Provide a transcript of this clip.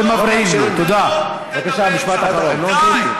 לא לא לא, אתה לא יכול לדבר ככה.